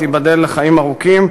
תיבדל לחיים ארוכים,